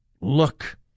Look